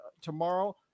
tomorrow